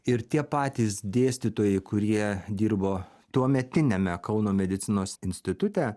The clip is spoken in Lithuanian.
ir tie patys dėstytojai kurie dirbo tuometiniame kauno medicinos institute